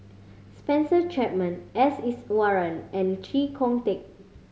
Spencer Chapman S Iswaran and Chee Kong Tet